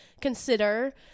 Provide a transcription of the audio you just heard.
consider